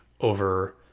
over